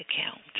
account